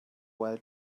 while